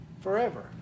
forever